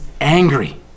angry